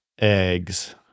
eggs